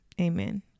amen